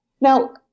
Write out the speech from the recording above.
Now